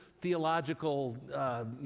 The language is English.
theological